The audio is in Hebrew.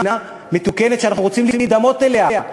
מתוקנת שאנחנו רוצים להידמות אליה,